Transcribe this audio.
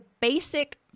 basic